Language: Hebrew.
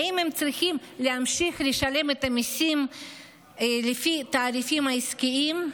האם הם צריכים להמשיך לשלם את המיסים לפי התעריפים העסקיים,